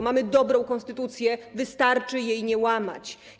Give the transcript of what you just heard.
Mamy dobrą konstytucję, wystarczy jej nie łamać.